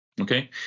Okay